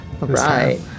Right